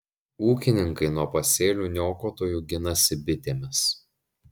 ūkininkai nuo pasėlių niokotojų ginasi bitėmis